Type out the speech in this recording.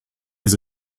his